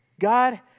God